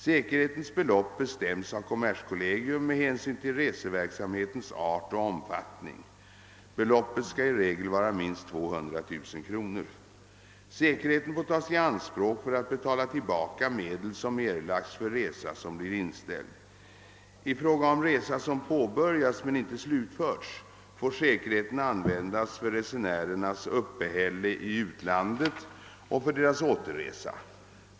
Säkerhetens belopp bestäms av kommerskollegium med hänsyn till reseverksamhetens art och omfattning. Beloppet skall i regel vara minst 200 000 kronor. Säkerheten får tas i anspråk för att betala tillbaka medel, som erlagts för resa som blir inställd. I fråga om resa som påbörjats men inte slutförts får säkerheten användas för resenärernas uppehälle i utlandet och för deras återresa.